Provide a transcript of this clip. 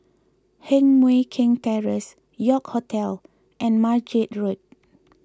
Heng Mui Keng Terrace York Hotel and Margate Road